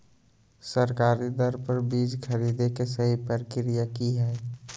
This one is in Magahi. सरकारी दर पर बीज खरीदें के सही प्रक्रिया की हय?